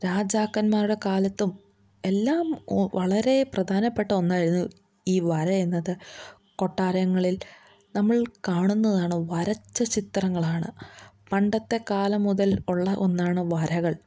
രാജാക്കന്മാരുടെ കാലത്തും എല്ലാം വളരെ പ്രധാനപ്പെട്ട ഒന്നായിരുന്നു ഈ വരയെന്നത് കൊട്ടാരങ്ങളിൽ നമ്മൾ കാണുന്നതാണ് വരച്ച ചിത്രങ്ങളാണ് പണ്ടത്തെ കാലം മുതൽ ഉള്ള ഒന്നാണ് വരകൾ